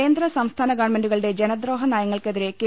കേന്ദ്ര സംസ്ഥാന ഗവൺമെന്റുകളുടെ ജനദ്രോഹ നയങ്ങൾക്കെ തിരെ കെ